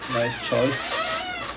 nice choice